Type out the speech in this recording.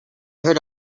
heard